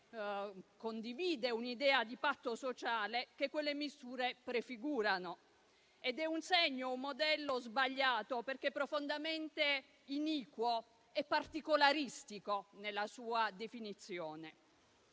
che condivide un'idea di patto sociale che quelle misure prefigurano. Ed è un modello sbagliato, perché profondamente iniquo e particolaristico nella sua definizione.